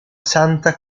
santa